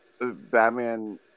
Batman